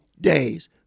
days